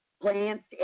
plants